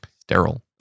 Sterile